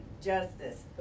justice